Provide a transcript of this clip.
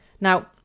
Now